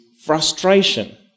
frustration